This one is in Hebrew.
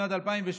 משנת 2017,